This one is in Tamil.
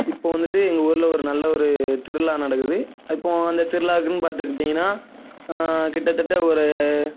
இப்போது வந்துட்டு எங்கள் ஊரில் ஒரு நல்ல ஒரு திருவிழா நடக்குது இப்போது அந்த திருவிழாக்குன்னு பார்த்துக்கிட்டீங்கன்னா கிட்டத்தட்ட ஒரு